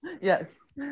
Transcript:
Yes